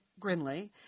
Grinley